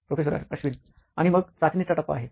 professor Ashwin आणि मग चाचणीचा टप्पा आहे